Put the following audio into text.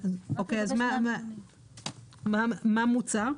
מה מוצע?